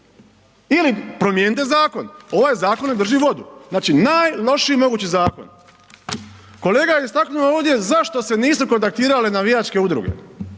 ili promijenite zakon, ovaj zakon ne drži vodu, znači najlošiji mogući zakon. Kolega je istaknuo ovdje zašto se nisu kontaktirale navijačke udruge,